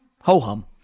Ho-hum